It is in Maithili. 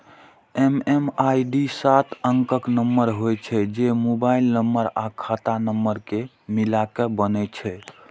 एम.एम.आई.डी सात अंकक नंबर होइ छै, जे मोबाइल नंबर आ खाता नंबर कें मिलाके बनै छै